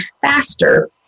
faster